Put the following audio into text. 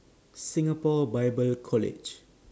Singapore Bible College